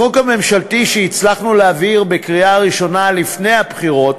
החוק הממשלתי שהצלחנו להעביר בקריאה ראשונה לפני הבחירות